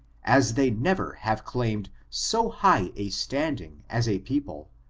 as they never have claimed so high a standing as a people,